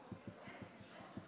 בבקשה.